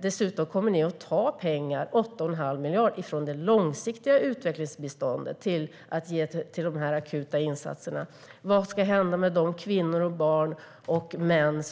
Dessutom vill ni ta pengar, 8 1⁄2 miljard, från det långsiktiga utvecklingsbiståndet och satsa dem på akuta insatser. Vad ska hända med de kvinnor, barn och män